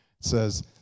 says